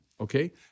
Okay